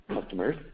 customers